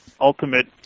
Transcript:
ultimate